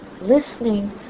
listening